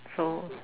so